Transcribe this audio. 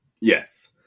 Yes